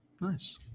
nice